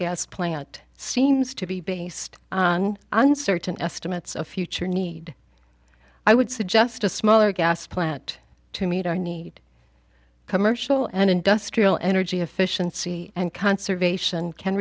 gas plant seems to be based on uncertain estimates of future need i would suggest a smaller gas plant to meet our need commercial and industrial energy efficiency and conservation can